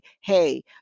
hey